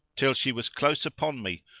till she was close upon me,